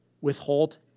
withhold